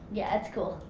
yeah, that's cool.